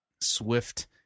swift